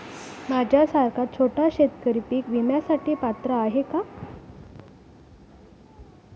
माझ्यासारखा छोटा शेतकरी पीक विम्यासाठी पात्र आहे का?